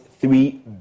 three